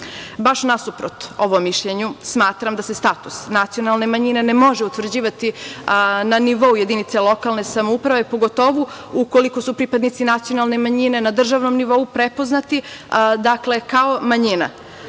Baš nasuprot ovom mišljenju smatram da status nacionalne manjine ne može utvrđivati na nivo jedinice lokalne samouprave, pogotovo ukoliko su pripadnici nacionalne manjine na državnom nivou prepoznati kao manjina.